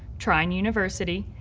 trine university,